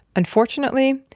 unfortunately,